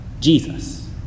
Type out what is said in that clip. Jesus